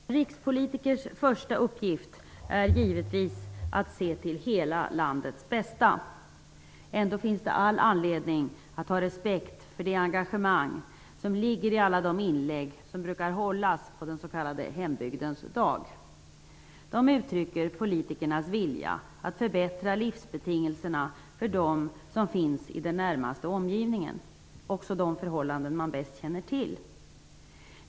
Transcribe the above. Herr talman! En rikspolitikers första uppgift är givetvis att se till hela landets bästa. Ändå finns det all anledning att ha respekt för det engagemang som ligger bakom alla de inlägg som brukar göras på den s.k. hembygdens dag. De uttrycker politikernas vilja att förbättra livsbetingelserna för dem som finns i den närmaste omgivningen -- de förhållanden man bäst känner till.